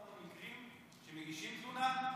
יש לי המון המון מקרים שמגשים תלונה,